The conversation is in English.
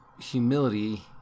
humility